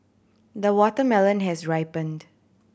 the watermelon has ripened